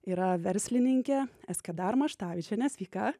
yra verslininkė eskedar maštavičienė sveika